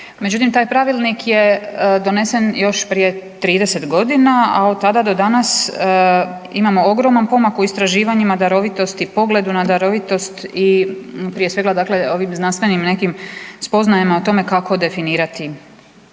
Međutim, taj Pravilnik je donesen još prije 30 godina, a od tada do danas imamo ogroman pomak u istraživanjima darovitosti, pogledu na darovitost i prije svega ovim znanstvenim nekim spoznajama o tome kako definirati